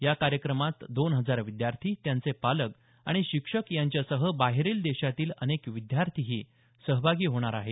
या कार्यक्रमात दोन हजार विद्यार्थी त्यांचे पालक आणि शिक्षक यांच्यासह बाहेरील देशातले अनेक विद्यार्थीही सहभागी होणार आहेत